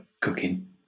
cooking